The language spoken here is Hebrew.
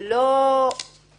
זה לא עליכם.